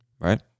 Right